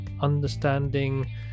understanding